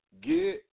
get